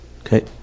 Okay